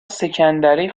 سکندری